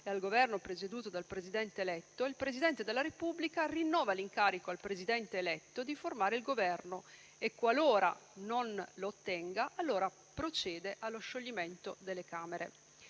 al Governo presieduto dal Presidente eletto, il Presidente della Repubblica rinnova l'incarico al Presidente eletto di formare il Governo e, qualora non lo ottenga, procede allo scioglimento delle Camere.